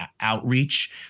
outreach